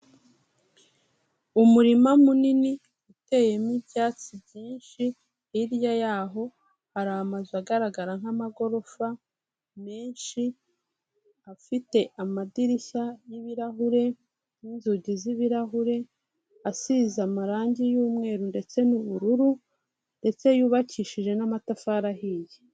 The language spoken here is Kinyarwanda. Umurima munini uteyemo ibyatsi byinshi, hirya yaho hari amazu agaragara nk'amagorofa menshi, afite amadirishya y'ibirahure n'inzugi z'ibirahure, asize amarangi y'umweru ndetse n'ubururu, ndetse yubakishije n'amatafari ahiye.